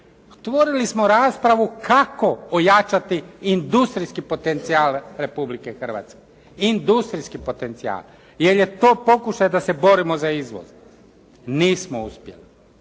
Otvorili smo raspravu kako ojačati industrijski potencijal Republike Hrvatske, industrijski potencijal, jer je to pokušaj da se borimo za izvoz. Nismo uspjeli,